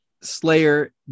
Slayer